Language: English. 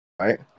right